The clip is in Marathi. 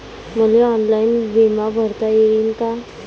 मले ऑनलाईन बिमा भरता येईन का?